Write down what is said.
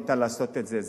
אפשר לעשות את זה,